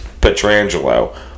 petrangelo